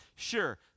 Sure